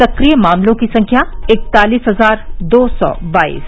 सक्रिय मामलों की संख्या इकतालीस हजार दो सौ बाईस